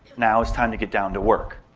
now it's time to get down to work.